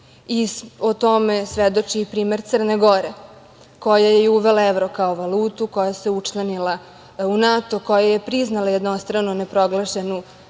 O tome svedoči i primer Crne Gore, koja je uvela evro kao valutu, koja se učlanila u NATO, koja je priznala jednostrano proglašenu